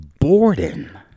Borden